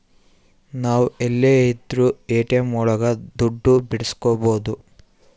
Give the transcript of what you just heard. ನಾವ್ ಎಲ್ಲೆ ಇದ್ರೂ ಎ.ಟಿ.ಎಂ ಒಳಗ ದುಡ್ಡು ಬಿಡ್ಸ್ಕೊಬೋದು